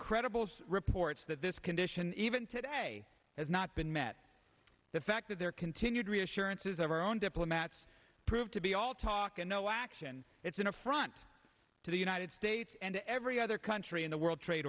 credible reports that this condition even today has not been met the fact that their continued reassurances of our own diplomats proved to be all talk and no action it's an affront to the united states and every other country in the world trade